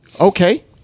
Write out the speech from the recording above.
okay